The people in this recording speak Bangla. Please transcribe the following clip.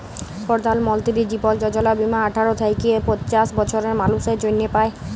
পরধাল মলতিরি জীবল যজলা বীমা আঠার থ্যাইকে পঞ্চাশ বসরের মালুসের জ্যনহে পায়